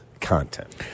content